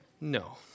No